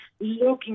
looking